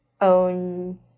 own